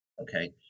okay